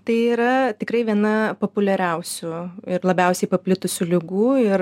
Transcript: tai yra tikrai viena populiariausių ir labiausiai paplitusių ligų ir